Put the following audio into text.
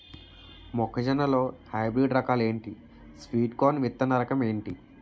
మొక్క జొన్న లో హైబ్రిడ్ రకాలు ఎంటి? స్వీట్ కార్న్ విత్తన రకం ఏంటి?